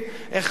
החלטת,